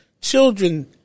Children